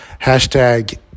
Hashtag